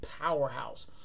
powerhouse